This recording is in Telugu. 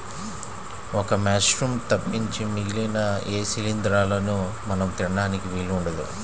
ఒక్క మశ్రూమ్స్ తప్పించి మిగిలిన ఏ శిలీంద్రాలనూ మనం తినడానికి వీలు ఉండదు